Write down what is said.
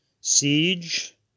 siege